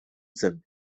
zen